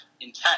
intent